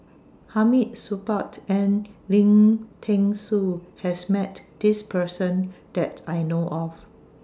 Hamid Supaat and Lim Thean Soo has Met This Person that I know of